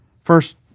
First